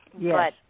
Yes